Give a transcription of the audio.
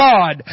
God